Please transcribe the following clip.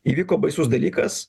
įvyko baisus dalykas